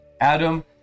Adam